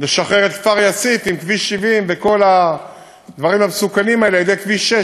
נשחרר את כפר יסיף עם כביש 70 וכל המסוכנים האלה על-ידי כביש 6,